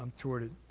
um toward it.